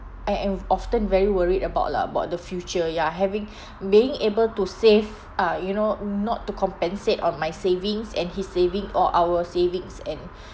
I am often very worried about lah about the future ya having being able to save uh you know not to compensate on my savings and his saving or our savings and